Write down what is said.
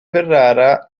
ferrara